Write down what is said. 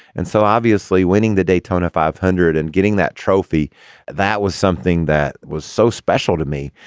and so obviously winning the daytona five hundred and getting that trophy that was something that was so special to me.